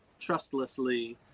trustlessly